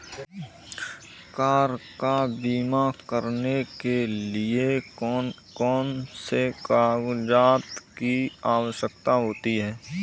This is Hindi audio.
कार का बीमा करने के लिए कौन कौन से कागजात की आवश्यकता होती है?